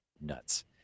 nuts